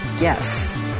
Yes